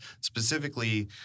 specifically